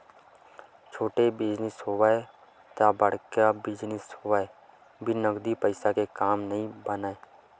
छोटे बिजनेस होवय ते बड़का बिजनेस होवय बिन नगदी पइसा के काम नइ बनय